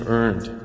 earned